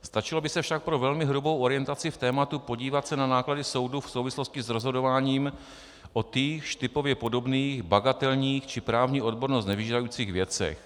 Stačilo by se však pro velmi hrubou orientaci v tématu podívat se na náklady soudu v souvislosti s rozhodováním o týchž typově podobných bagatelních či právní odbornost nevyžadujících věcech.